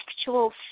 actual